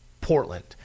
Portland